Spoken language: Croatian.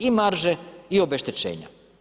I marže i obeštećenja.